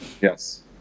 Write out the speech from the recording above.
Yes